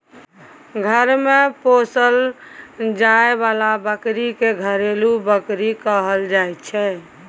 घर मे पोसल जाए बला बकरी के घरेलू बकरी कहल जाइ छै